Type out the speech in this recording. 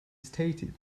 stated